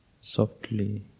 softly